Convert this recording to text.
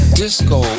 disco